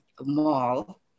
mall